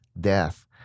death